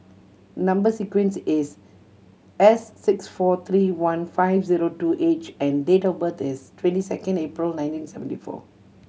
number sequence is S six four three one five zero two H and date of birth is twenty second April nineteen seventy four